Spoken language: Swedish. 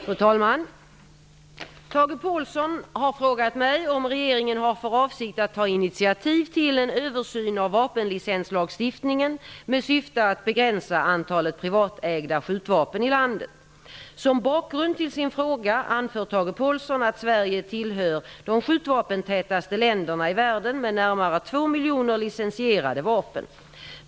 Fru talman! Tage Påhlsson har frågat mig om regeringen har för avsikt att ta initiativ till en översyn av vapenlicenslagstiftningen med syfte att begränsa antalet privatägda skjutvapen i landet. Som bakgrund till sin fråga anför Tage Påhlsson att Sverige tillhör de skjutvapentätaste länderna i världen med närmare två miljoner licensierade vapen.